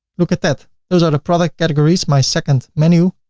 look at that those are the product categories, my second menu.